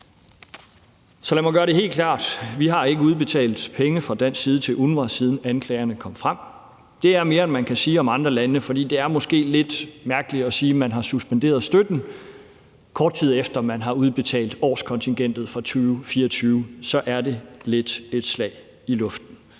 Så lad mig gøre det helt klart: Vi har ikke udbetalt penge fra dansk side til UNRWA, siden anklagerne kom frem. Det er mere, end man kan sige om andre lande, for det er måske lidt mærkeligt at sige, at man har suspenderet støtten, kort tid efter at man har udbetalt årskontingentet for 2024. Så er det lidt et slag i luften.